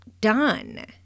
done